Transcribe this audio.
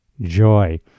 joy